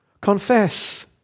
Confess